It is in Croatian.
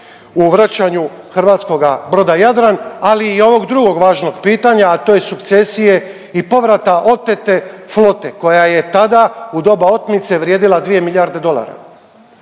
u vraćanju hrvatskoga broda Jadran, ali i ovog drugog važnog pitanja, a to je sukcesije i povrata otete flote koja je tada u doba otmice vrijedila dvije milijarde dolara.